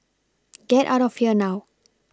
get out of here now